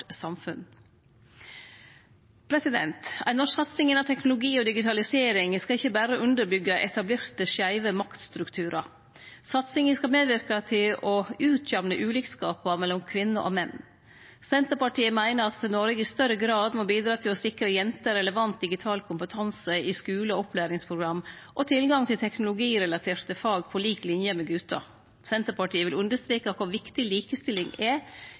teknologi og digitalisering skal ikkje berre underbyggje etablerte skeive maktstrukturar. Satsinga skal medverke til å utjamne ulikskapar mellom kvinner og menn. Senterpartiet meiner at Noreg i større grad må bidra til å sikre jenter relevant digital kompetanse i skule og opplæringsprogram og tilgang til teknologirelaterte fag på lik linje med gutar. Senterpartiet vil understreke kor viktig likestilling er